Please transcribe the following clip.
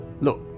Look